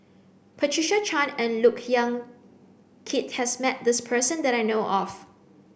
Patricia Chan and Look Yan Kit has met this person that I know of